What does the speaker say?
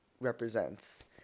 represents